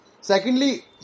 Secondly